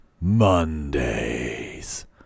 Mondays